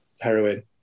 heroin